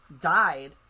...died